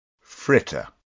fritter